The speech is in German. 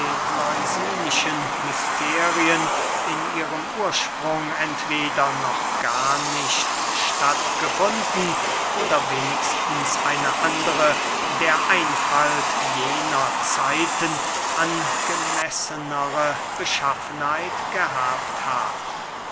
eleusinischen mysterien in ihrem ursprung entweder noch gar nicht statt gefunden oder wenigstens eine andere der einfalt jener zeiten angemessenere beschaffenheit gehabt habe